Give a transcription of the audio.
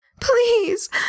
Please